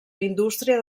indústria